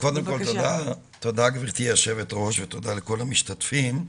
תודה, גברתי היושבת-ראש, ותודה לכל המשתתפים.